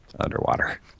Underwater